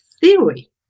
theory